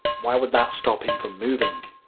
why would that stop him from moving?